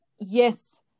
yes